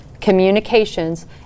communications